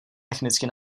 technicky